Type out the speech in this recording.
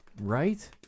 right